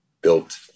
built